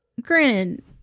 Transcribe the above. Granted